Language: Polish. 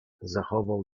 zachował